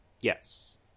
Yes